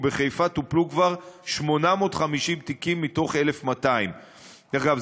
ובחיפה טופלו כבר 850 תיקים מתוך 1,200. דרך אגב,